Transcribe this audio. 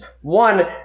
One